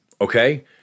Okay